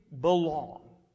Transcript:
belong